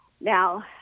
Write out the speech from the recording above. Now